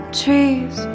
trees